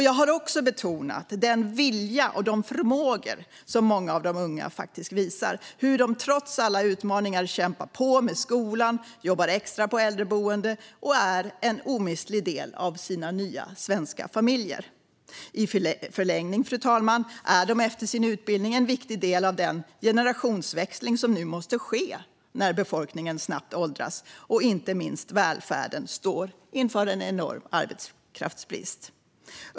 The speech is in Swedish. Jag har också betonat den vilja och de förmågor som många av de unga faktiskt visar - hur de trots alla utmaningar kämpar på med skolan, jobbar extra på äldreboendet och är en omistlig del av sina nya svenska familjer. I förlängningen är de, fru talman, efter sin utbildning en viktig del av den generationsväxling som nu måste ske när befolkningen snabbt åldras och inte minst välfärden står inför en enorm arbetskraftsbrist.